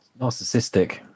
Narcissistic